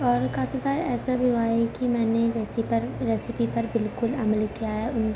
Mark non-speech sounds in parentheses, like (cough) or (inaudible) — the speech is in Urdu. اور کافی بار ایسا بھی ہوا ہے کہ میں نے (unintelligible) پر ریسیپی پر بالکل عمل کیا ہے ان